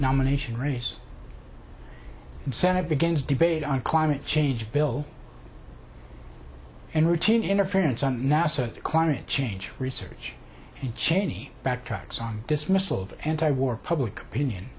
nomination race senate begins debate on climate change bill and routine interference on nasa climate change research and cheney backtracks on dismissal of anti war public opinion